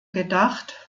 gedacht